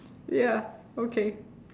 ya okay